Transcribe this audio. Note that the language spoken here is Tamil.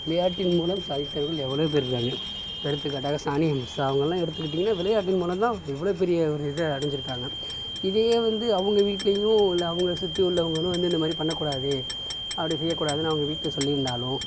விளையாட்டின் மூலம் சாதித்தவர்கள் எவ்வளவோ பேர் இருக்காங்க எடுத்துக்காட்டாக சானியா மிர்ஸா அவங்களாம் எடுத்துக்கிட்டிங்கனால் விளையாட்டின் மூலம் தான் இவ்வளோ பெரிய ஒரு இதை அடைஞ்சிருக்காங்க இதையே வந்து அவங்க வீட்லேயும் உள்ள அவங்கள சுற்றி உள்ளவங்களும் வந்து இந்தமாதிரி பண்ணக் கூடாது அப்படி செய்ய கூடாதுன்னு அவங்க வீட்டில் சொல்லியிருந்தாலும்